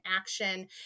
action